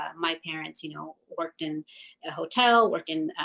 um my parents, you know, worked in a hotel, worked in